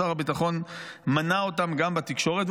שר הביטחון מנה אותם גם בתקשורת,